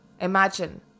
imagine